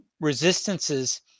resistances